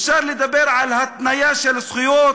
אפשר לדבר על התניה של זכויות?